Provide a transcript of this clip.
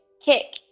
kick